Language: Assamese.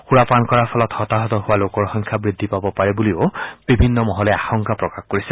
সুৰা পান কৰাৰ ফলত হতাহত হোৱা লোকৰ সংখ্যা বৃদ্ধি পাব পাৰে বুলিও বিভিন্ন মহলে আশংকা প্ৰকাশ কৰিছে